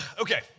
Okay